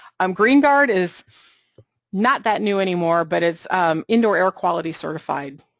um green guard is not that new anymore, but it's indoor air quality certified.